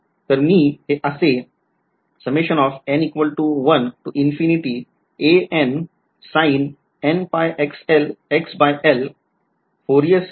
तर मी हे असे फोरियार सिरीजच्या फॉर्ममधे लिहू शकतो